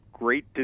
great